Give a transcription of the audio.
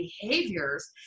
behaviors